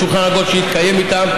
בשולחן עגול שיתקיים איתם,